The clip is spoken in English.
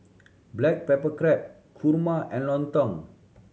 black pepper crab kurma and lontong